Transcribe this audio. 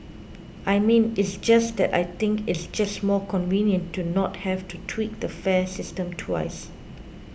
I mean it's just that I think it's just more convenient to not have to tweak the fare system twice